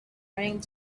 raining